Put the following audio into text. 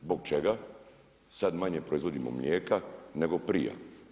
Zbog čega sada manje proizvodimo mlijeka nego prije?